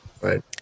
Right